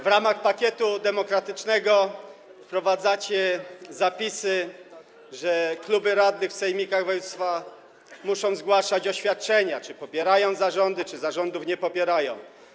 W ramach pakietu demokratycznego wprowadzacie zapisy, że kluby radnych w sejmikach wojewódzkich muszą zgłaszać oświadczenia, czy popierają zarządy, czy zarządów nie popierają.